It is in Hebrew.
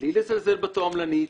בלי לזלזל בתועמלנית,